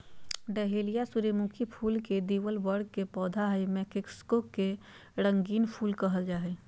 dahlia सूर्यमुखी फुल के द्विदल वर्ग के पौधा हई मैक्सिको के रंगीन फूल कहल जा हई